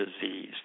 disease